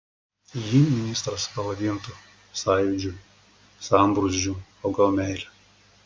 jį ministras pavadintų sąjūdžiu sambrūzdžiu o gal meile